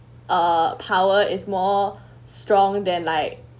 uh power is more strong there like